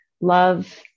love